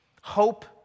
Hope